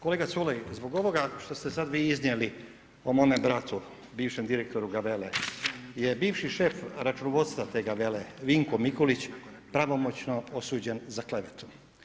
Kolega Culej, zbog ovoga što ste sad vi iznijeli o mome bratu, bivšem direktoru Gavelle, je bivši šef računovodstva te Gavelle, Vinko Mikulić, pravomoćno osuđen za klevetu.